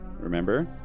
Remember